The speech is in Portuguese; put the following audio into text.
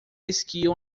esquiam